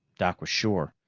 doc was sure.